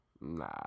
Nah